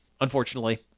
unfortunately